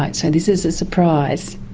like so this is a surprise.